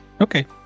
Okay